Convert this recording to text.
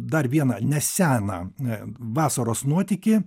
dar vieną neseną vasaros nuotykį